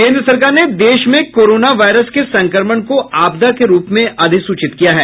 केन्द्र सरकार ने देश में कोरोना वायरस के संक्रमण को आपदा के रूप में अधिसूचित किया है